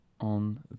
on